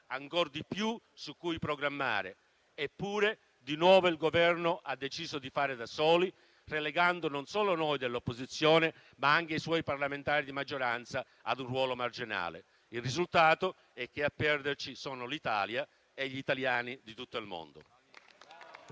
ancor di più da programmare. Eppure, il Governo ha deciso di nuovo di fare da solo, relegando non solo noi dell'opposizione, ma anche i suoi parlamentari di maggioranza, ad un ruolo marginale. Il risultato è che a perderci sono l'Italia e gli italiani di tutto il mondo.